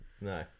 No